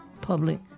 Public